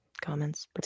comments